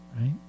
right